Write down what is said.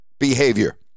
Behavior